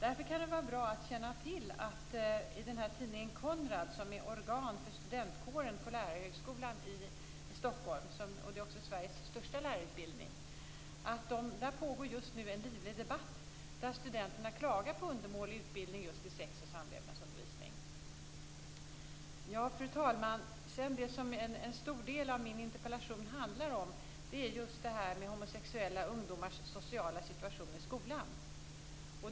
Därför kan det vara bra att känna till att det i tidningen Konrad - som är organ för studentkåren på lärarhögskolan i Stockholm som har Sveriges största lärarutbildning - just nu pågår en livlig debatt där studenterna klagar på undermålig utbildning i sex och samlevnadsundervisning. Fru talman! En stor del av min interpellation handlar om homosexuella ungdomars sociala situation i skolan.